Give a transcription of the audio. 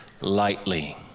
lightly